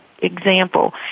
Example